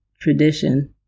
tradition